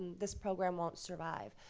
this program won't survive.